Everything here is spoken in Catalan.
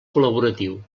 col·laboratiu